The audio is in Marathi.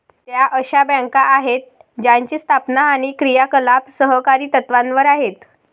त्या अशा बँका आहेत ज्यांची स्थापना आणि क्रियाकलाप सहकारी तत्त्वावर आहेत